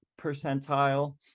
percentile